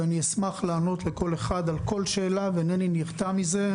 אני אשמח לענות לכל אחד על כל שאלה ואינני נרתע מזה.